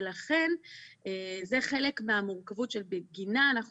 ולכן זה חלק מהמורכבות שבגינה אנחנו